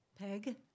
Peg